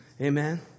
Amen